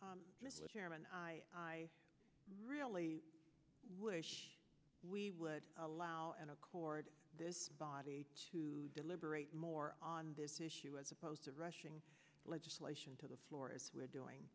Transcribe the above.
make i really wish we would allow an accord this body to deliberate more on this issue as opposed to rushing legislation to the floor as we're doing